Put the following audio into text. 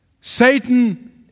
Satan